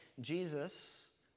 Jesus